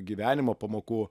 gyvenimo pamokų